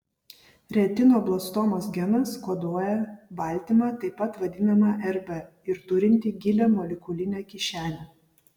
retinoblastomos genas koduoja baltymą taip pat vadinamą rb ir turintį gilią molekulinę kišenę